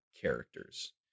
characters